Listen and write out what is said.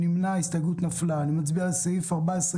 הצבעה הסתייגות מס' 2 לא אושרה.